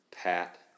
pat